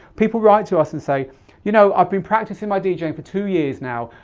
people write to us and say you know i've been practising my djing for two years now,